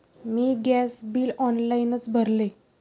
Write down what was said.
मी gas bill ऑनलाइनच भरले